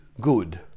good